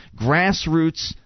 grassroots